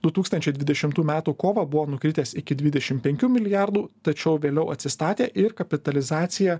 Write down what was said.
du tūkstančiai dvidešimtų metų kovą buvo nukritęs iki dvidešim penkių milijardų tačiau vėliau atsistatė ir kapitalizacija